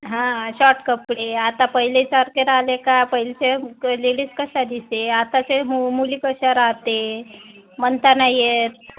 हां शॉर्ट कपडे आता पहिलेसारखे राहले का पहिले असे लेडीज कशा दिसे आताचे मु मुली कशा राहते म्हणता नाही येत